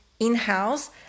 in-house